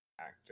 actor